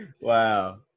Wow